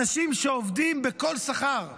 אלה אנשים שעובדים בכל שכר.